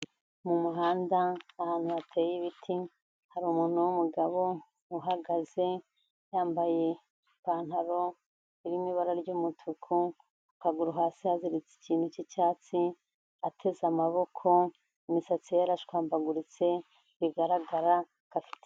Mu muhanda ahantu hateye ibiti, hari umuntu w'umugabo uhagaze, yambaye ipantaro irimo ibara ry'umutuku, akaguru hasi haziritse ikintu cy'icyatsi, ateze amaboko, imisatsi ye yarashwambaguritse, bigaragara ko afite.